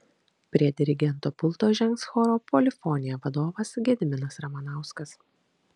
prie dirigento pulto žengs choro polifonija vadovas gediminas ramanauskas